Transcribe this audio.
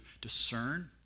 discern